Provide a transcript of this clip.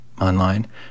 online